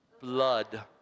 blood